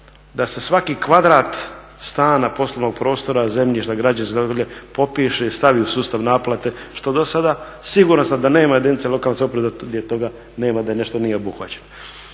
da se svaki kvadrat stana, prostornog prostora, zemljišta, građevine itd. popiše i stavi u sustav naplate što do sada, siguran sam da nema jedinice lokalne samouprave gdje toga nema da nešto nije obuhvaćeno.